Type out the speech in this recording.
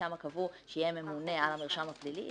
שם קבעו שיהיה ממונה על המרשם הפלילי,